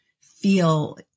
feel